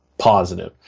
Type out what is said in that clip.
positive